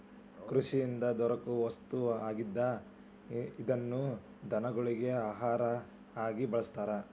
ಕೃಷಿಯಿಂದ ದೊರಕು ವಸ್ತು ಆಗಿದ್ದ ಇದನ್ನ ದನಗೊಳಗಿ ಆಹಾರಾ ಆಗಿ ಬಳಸ್ತಾರ